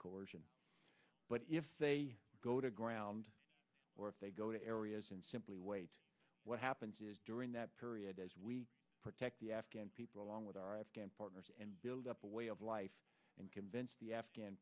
course but if they go to ground or if they go to areas and simply wait what happens is during that period as we protect the afghan people along with our afghan partners and build up a way of life and convince the afghan